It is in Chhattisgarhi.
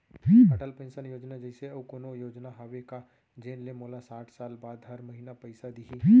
अटल पेंशन योजना जइसे अऊ कोनो योजना हावे का जेन ले मोला साठ साल बाद हर महीना पइसा दिही?